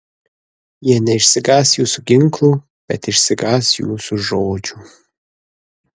jie neišsigąs jūsų ginklų bet išsigąs jūsų žodžių